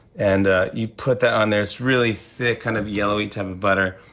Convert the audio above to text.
and you put that on there. it's really thick, kind of yellow-y type of butter.